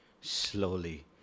slowly